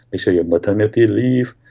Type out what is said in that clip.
make sure you have maternity leave,